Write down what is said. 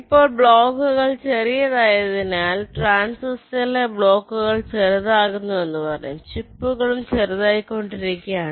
ഇപ്പോൾ ബ്ലോക്കുകൾ ചെറിയത് ആയതിനാൽ ട്രാൻസിസ്റ്ററിലെ ബ്ലോക്കുകൾ ചെറുതാകുന്നുവെന്ന് പറയാം ചിപ്പുകളും ചെറുതായിക്കൊണ്ടിരിക്കുകയാണ്